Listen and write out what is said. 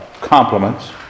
compliments